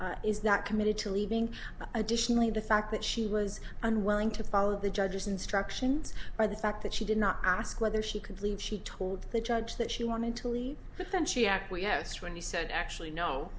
juror is not committed to leaving additionally the fact that she was unwilling to follow the judge's instructions or the fact that she did not ask whether she could leave she told the judge that she wanted to leave but then she acquiesced when he said actually no